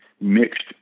mixed